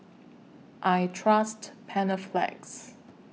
I Trust Panaflex